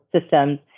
systems